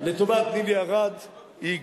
לטובת נילי ארד.